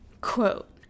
Quote